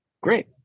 Great